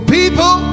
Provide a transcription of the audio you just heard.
people